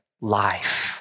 life